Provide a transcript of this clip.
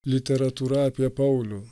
literatūra apie paulių